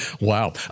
Wow